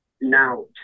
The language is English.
Now